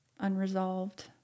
Unresolved